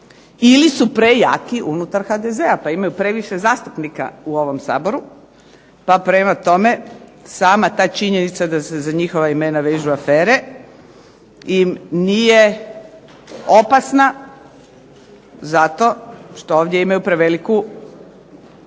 ili su prejaki unutar HDZ-a pa imaju previše zastupnika u ovom Saboru. Pa prema tome, sama ta činjenica da se za njihova imena vežu afere i nije opasna zato što ovdje imaju preveliku podršku